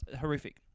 horrific